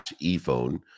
e-phone